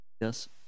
Yes